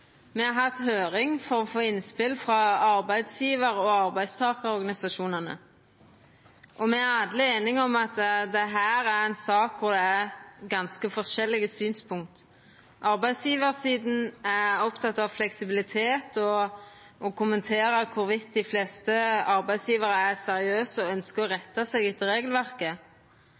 Me har hatt høyring for å få innspel frå arbeidsgjevar- og arbeidstakarorganisasjonane, og me er alle einige om at dette er ei sak kor det er ganske forskjellige synspunkt. Arbeidsgjevarsida er oppteken av fleksibilitet og å kommentera om dei fleste arbeidsgjevarar er seriøse og ønskjer å retta seg etter regelverket.